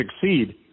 succeed